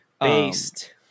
based